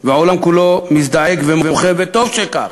והעולם כולו היה מזדעק ומוחה, וטוב שכך.